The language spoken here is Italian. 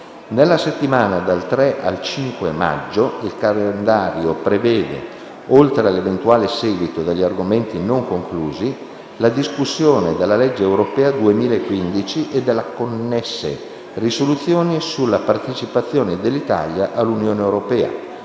Nella settimana dal 3 al 5 maggio il calendario prevede, oltre all'eventuale seguito degli argomenti non conclusi, la discussione della legge europea 2015 e delle connesse risoluzioni sulla partecipazione dell'Italia all'Unione europea,